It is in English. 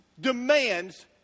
demands